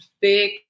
big